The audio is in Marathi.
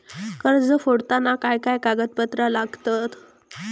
कर्ज फेडताना काय काय कागदपत्रा लागतात?